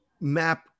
map